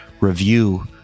review